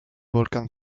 volcán